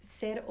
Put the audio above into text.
Ser